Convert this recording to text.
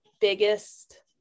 biggest